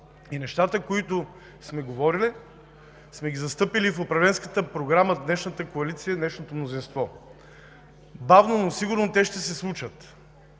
Нещата, които сме говорили, сме ги застъпили в управленската програма – днешната коалиция, днешното мнозинство. Бавно, но сигурно те ще се случат